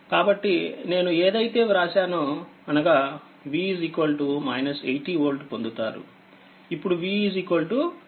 కాబట్టి నేను ఏదైతే వ్రాసానో అనగాV 80వోల్ట్పొందుతారు